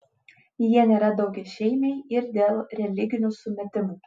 jie nėra daugiašeimiai ir dėl religinių sumetimų